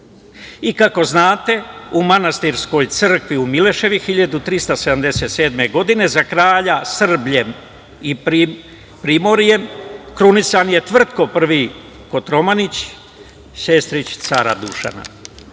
kako znate, u manastirskoj crkvi u Mileševi 1377. godine za kralja Srblja i primorja krunisan je Tvrtko Prvi Kotromanić, sestrić cara Dušana.